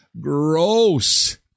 Gross